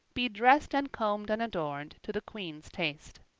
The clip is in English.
be dressed and combed and adorned to the queen's taste.